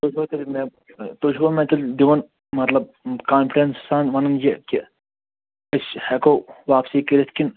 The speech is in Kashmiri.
گوٚو تیٚلہِ مےٚ تُہۍ چھُوا مےٚ تیٚلہِ دِوان مظلب کانفِڈنس سان ونان یہِ کہِ أسۍ ہیٚکو واپسی کٔرِتھ کِنہٕ